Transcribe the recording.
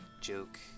joke